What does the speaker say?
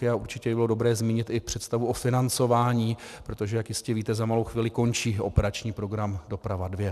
A určitě by bylo dobré zmínit i představu o financování, protože jak jistě víte, za malou chvíli končí operační program Doprava II.